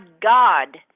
God